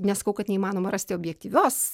nesakau kad neįmanoma rasti objektyvios